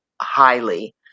highly